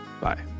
Bye